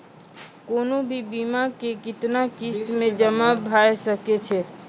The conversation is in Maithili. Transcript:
कोनो भी बीमा के कितना किस्त मे जमा भाय सके छै?